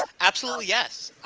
um absolutely yes.